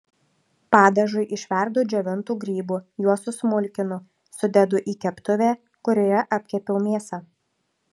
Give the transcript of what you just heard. padažui išverdu džiovintų grybų juos susmulkinu sudedu į keptuvę kurioje apkepiau mėsą